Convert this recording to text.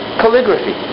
calligraphy